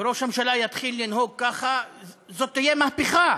וראש הממשלה יתחיל לנהוג כך, זו תהיה מהפכה.